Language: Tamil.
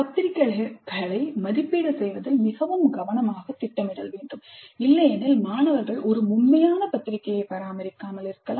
பத்திரிக்கைகளை மதிப்பீடு செய்வதில் மிகவும் கவனமாக திட்டமிடல் வேண்டும் இல்லையெனில் மாணவர்கள் ஒரு உண்மையான பத்திரிக்கையை பராமரிக்காமல் இருக்கலாம்